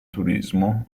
turismo